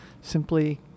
simply